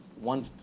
one